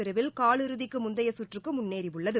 பிரிவில் கால் இறுதிக்கு முந்தைய சுற்றுக்கு முன்னேறியுள்ளது